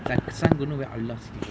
but sun don't know wear a lot of silver